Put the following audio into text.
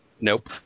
Nope